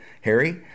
Harry